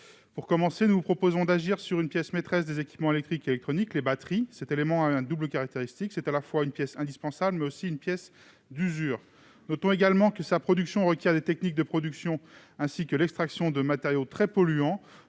Pour commencer, nous proposons d'agir sur une pièce maîtresse des équipements électriques et électroniques, à savoir la batterie. Cet élément a une double caractéristique : il est à la fois une pièce indispensable et une pièce d'usure. Notons également que sa production requiert des techniques de production, ainsi que d'extraction de matériaux, qui sont très polluantes.